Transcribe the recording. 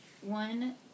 one